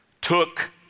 took